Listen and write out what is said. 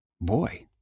Boy